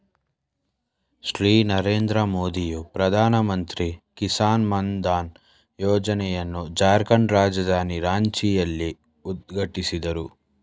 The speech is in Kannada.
ಶ್ರೀ ನರೇಂದ್ರ ಮೋದಿಯು ಪ್ರಧಾನಮಂತ್ರಿ ಕಿಸಾನ್ ಮಾನ್ ಧನ್ ಯೋಜನೆಯನ್ನು ಜಾರ್ಖಂಡ್ ರಾಜಧಾನಿ ರಾಂಚಿಯಲ್ಲಿ ಉದ್ಘಾಟಿಸಿದರು